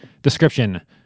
Description